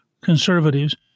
conservatives